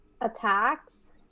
Attacks